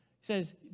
says